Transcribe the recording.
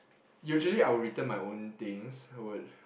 usually I would return my own things I would